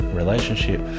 relationship